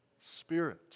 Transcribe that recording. Spirit